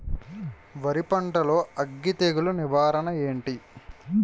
వరి పంటలో అగ్గి తెగులు నివారణ ఏంటి?